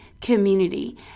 community